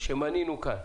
שמנינו כאן